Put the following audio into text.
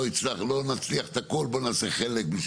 לא נצליח את הכל אז בוא נעשה חלק.